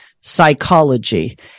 psychology